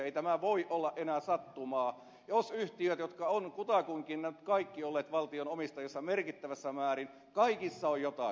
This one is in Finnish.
ei tämä voi olla enää sattumaa jos yhtiöissä jotka ovat kutakuinkin kaikki olleet valtion omistuksessa merkittävässä määrin kaikissa on jotakin